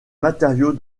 matériaux